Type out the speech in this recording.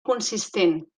consistent